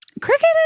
Cricket